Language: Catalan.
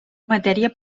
matèria